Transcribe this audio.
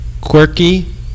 quirky